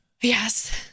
Yes